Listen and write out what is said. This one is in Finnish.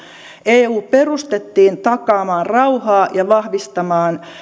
eu perustettiin takaamaan rauhaa ja vahvistamaan